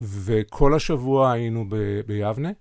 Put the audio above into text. וכל השבוע היינו ביבנה.